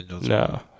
No